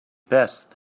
best